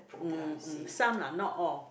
mm some lah not all